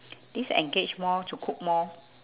this engage more to cook more